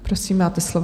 Prosím, máte slovo.